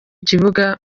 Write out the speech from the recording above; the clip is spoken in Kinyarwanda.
kibuga